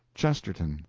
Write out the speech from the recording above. chesterton,